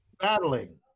battling